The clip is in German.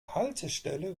haltestelle